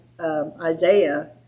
Isaiah